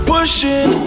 Pushing